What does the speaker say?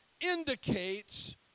indicates